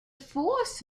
fourth